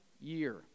year